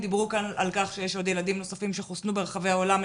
דיברו כאן על כך שיש עוד ילדים נוספים שחוסנו ברחבי העולם.